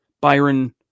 byron